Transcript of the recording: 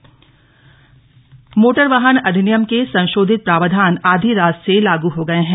motor वाहन अधिनियम motor वाहन अधिनियम के संशोधित प्रावधान आधी रात से लागू हो गये हैं